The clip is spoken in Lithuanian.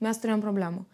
mes turėjom problemų